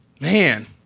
Man